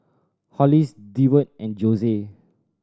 Hollis Deward and Jose